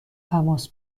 تماس